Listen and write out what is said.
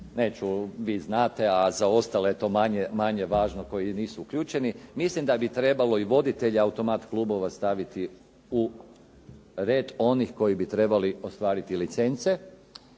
neću vi znate a za ostale je to manje važno koji nisu uključeni. Mislim da bi trebalo i voditelje automat klubova staviti u red onih koji bi trebali ostvariti licence